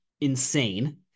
insane